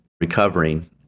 recovering